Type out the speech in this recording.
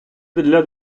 для